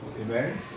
Amen